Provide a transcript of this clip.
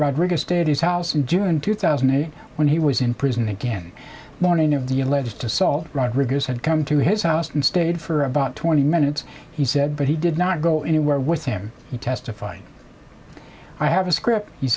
rodriguez state his house in june two thousand and eight when he was in prison again morning of the alleged assault rodriguez had come to his house and stayed for about twenty minutes he said but he did not go anywhere with him he testified i have a script